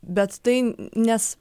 bet tai nes